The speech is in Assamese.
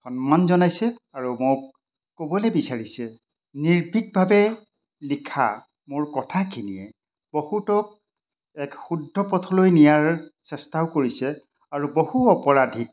সন্মান জনাইছে আৰু মোক ক'বলৈ বিচাৰিছে নিৰ্বিকভাৱে লিখা মোৰ কথাখিনিয়ে বহুতক এক শুদ্ধ পথলৈ নিয়াৰ চেষ্টাও কৰিছে আৰু বহু অপৰাধীক